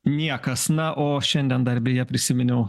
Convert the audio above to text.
niekas na o šiandien dar beje prisiminiau